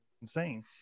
insane